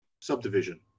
subdivision